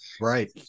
Right